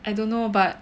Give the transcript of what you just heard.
I don't know but